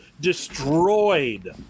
Destroyed